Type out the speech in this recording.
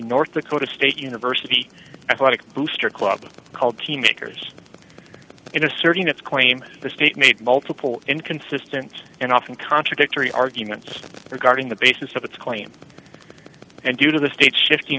north dakota state university athletic booster club called team makers in asserting its claim the state made multiple inconsistent and often contradictory arguments regarding the basis of its claim and due to the state's shifting